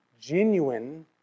genuine